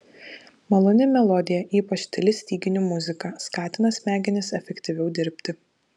maloni melodija ypač tyli styginių muzika skatina smegenis efektyviau dirbti